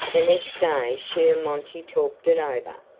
the next day she and monty talked it over.